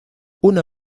una